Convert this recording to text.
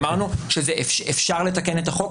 אמרנו שאפשר לתקן את החוק,